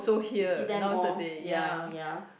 you see them all ya ya